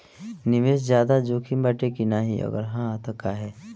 निवेस ज्यादा जोकिम बाटे कि नाहीं अगर हा तह काहे?